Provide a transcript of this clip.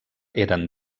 eren